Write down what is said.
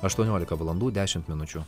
aštuoniolika valandų dešimt minučių